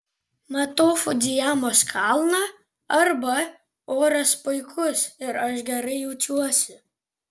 matau fudzijamos kalną arba oras puikus ir aš gerai jaučiuosi